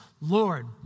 Lord